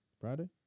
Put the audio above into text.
Friday